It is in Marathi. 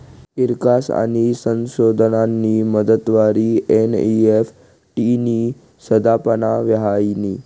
ईकास आणि संशोधननी मदतवरी एन.ई.एफ.टी नी स्थापना व्हयनी